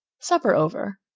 supper over,